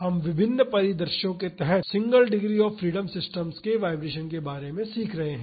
हम विभिन्न परिदृश्यों के तहत single degree of freedom systems के वाईब्रेशन्स के बारे में सीख रहे हैं